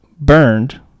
burned